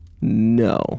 No